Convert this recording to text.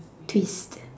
twist